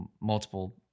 multiple